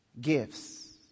gifts